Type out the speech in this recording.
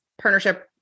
partnership